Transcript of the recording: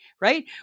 right